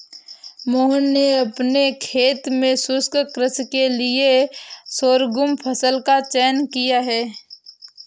मोहन ने अपने खेत में शुष्क कृषि के लिए शोरगुम फसल का चयन किया है